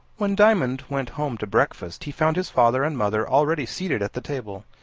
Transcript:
when diamond went home to breakfast, he found his father and mother already seated at the table.